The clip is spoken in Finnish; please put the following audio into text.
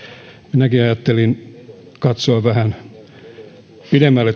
minäkin ajattelin katsoa vähän pidemmälle